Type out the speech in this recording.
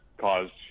caused